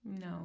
No